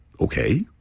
Okay